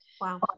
Wow